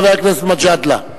חבר הכנסת מג'אדלה.